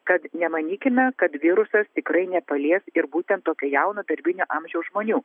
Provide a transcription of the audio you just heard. kad nemanykime kad virusas tikrai nepalies ir būtent tokio jauno darbinio amžiaus žmonių